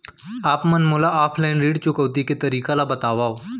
आप मन मोला ऑफलाइन ऋण चुकौती के तरीका ल बतावव?